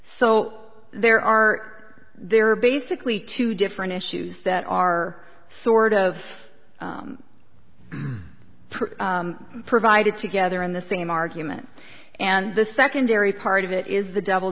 so there are there are basically two different issues that are sort of provided together in the same argument and the secondary part of it is the double